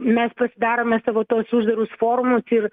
mes pasidarome savo tuos uždarus forumus ir